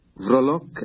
Vrolok